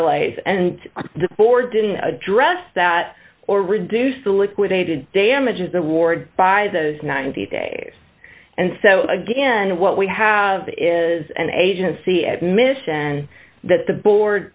delays and the board didn't address that or reduce the liquidated damages award by those ninety days and so again what we have is an agency admission that the board